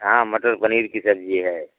हाँ मटर पनीर की सब्जी है